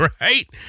Right